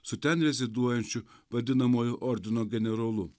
su ten reziduojančiu vadinamuoju ordino generolu